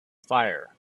fire